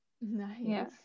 Nice